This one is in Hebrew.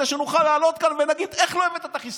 כדי שנוכל לעלות לכאן ולהגיד איך לא הבאת את החיסון.